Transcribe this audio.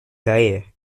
корея